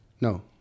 No